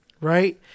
right